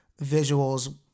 visuals